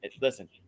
listen